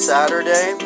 Saturday